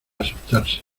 asustarse